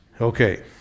Okay